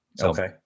Okay